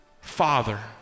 Father